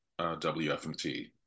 wfmt